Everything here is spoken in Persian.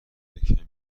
کمی